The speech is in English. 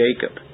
Jacob